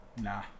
nah